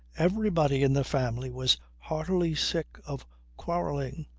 everybody in the family was heartily sick of quarrelling.